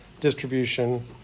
distribution